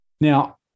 now